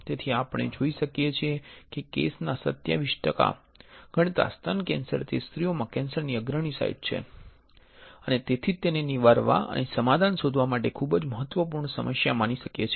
તેથી આપણે જોઈ શકીએ છીએ કે કેસ ના 27 ટકા ગણતા સ્તન કેન્સર એ સ્ત્રીઓમાં કેન્સરની અગ્રણી સાઇટ છે અને તેથી જ તેને નિવારવા અને સમાધાન શોધવા માટે ખૂબ જ મહત્વપૂર્ણ સમસ્યા છે